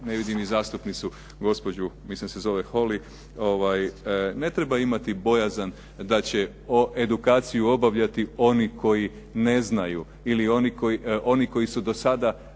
ne vidim ni zastupnicu gospođu, mislim da se zove Holy, ne treba imati bojazan da će edukaciju obavljati oni koji ne znaju ili oni koji su do sada